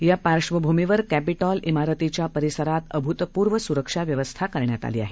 यापार्श्वभूमीवरकॅपिटॉल मारतीच्यापरिसरांतअभूतपुर्वसुरक्षाव्यवस्थाकरण्यातआलीआहे